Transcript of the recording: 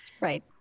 Right